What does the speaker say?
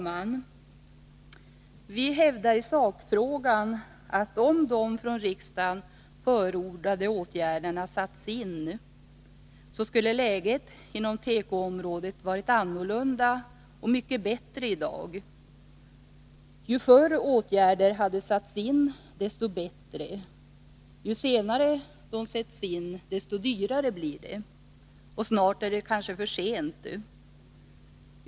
Fru talman! I sakfrågan hävdar vi att läget inom tekoområdet i dag varit annorlunda och mycket bättre om de av riksdagen förordade åtgärderna satts in. Ju förr åtgärder hade satts in, desto bättre. Ju senare de sätts in, desto dyrare blir det, och snart är det kanske för sent.